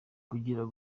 kugera